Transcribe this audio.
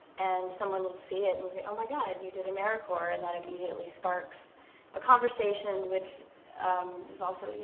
and someone will see it and say, oh, my god, you did americorps, and that immediately sparks a conversation which is also, you